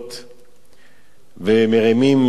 ומרימים את עינינו,